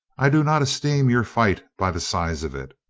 i do not esteem your fight by the size of it.